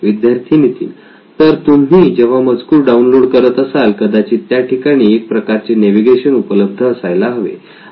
विद्यार्थी नितीन तर तुम्ही जेव्हा मजकूर डाऊनलोड करत असाल कदाचित त्या ठिकाणी एक प्रकारचे नेव्हिगेशन उपलब्ध असायला हवे